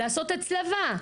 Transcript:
לעשות הצלבה,